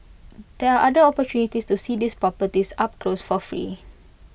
there are other opportunities to see these properties up close for free